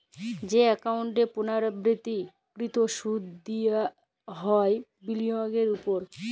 যে একাউল্টে পুর্লাবৃত্ত কৃত সুদ দিয়া হ্যয় বিলিয়গের উপর